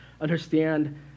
understand